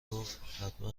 گفت، حتما